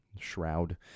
shroud